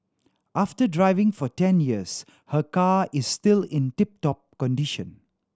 after driving for ten years her car is still in tip top condition